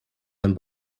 than